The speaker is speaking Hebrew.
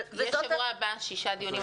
בשבוע הבא יש לנו שישה דיונים,